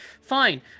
Fine